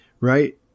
right